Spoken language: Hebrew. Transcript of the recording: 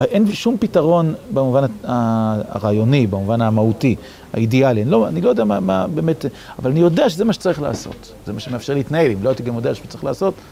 אין שום פתרון במובן הרעיוני, במובן המהותי, האידיאלי. אני לא יודע מה באמת, אבל אני יודע שזה מה שצריך לעשות. זה מה שמאפשר להתנהל, אם לא הייתי גם יודע שצריך לעשות.